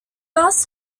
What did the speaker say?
asks